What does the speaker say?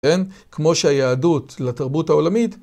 כן? כמו שהיהדות לתרבות העולמית